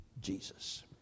Jesus